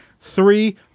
Three